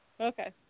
Okay